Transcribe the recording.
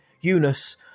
Eunice